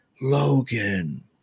Logan